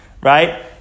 right